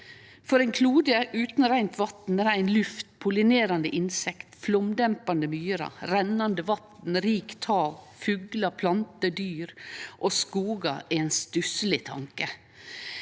Ein klode utan reint vatn, rein luft, pollinerande insekt, flaumdempande myrar, rennande vatn, rikt hav, fuglar, planter, dyr og skogar er ein stusseleg tanke